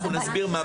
נסביר מה